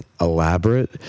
elaborate